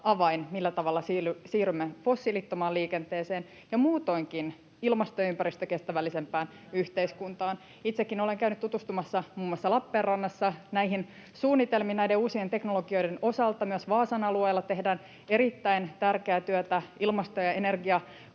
avain, millä tavalla siirrymme fossiilittomaan liikenteeseen ja muutoinkin ilmasto- ja ympäristökestävällisempään yhteiskuntaan. [Leena Meren välihuuto] Itsekin olen käynyt tutustumassa muun muassa Lappeenrannassa näihin suunnitelmiin näiden uusien teknologioiden osalta. Myös Vaasan alueella tehdään erittäin tärkeää työtä ilmasto- ja